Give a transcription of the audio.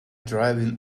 driving